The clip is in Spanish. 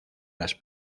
las